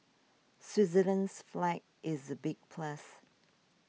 Switzerland's flag is a big plus